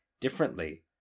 differently